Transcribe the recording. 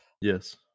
Yes